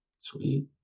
Sweet